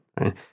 right